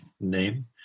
name